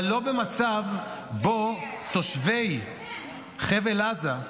אבל לא במצב שבו תושבי חבל עזה,